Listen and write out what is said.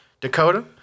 Dakota